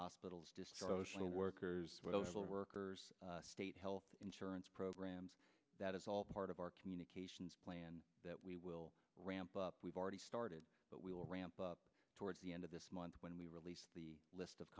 hospitals discharging workers workers state health insurance programs that is all part of our communications plan that we will ramp up we've already started but we will ramp up towards the end of this month when we release the list of